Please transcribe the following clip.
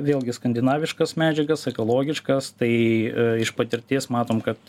vėlgi skandinaviškas medžiagas ekologiškas tai iš patirties matom kad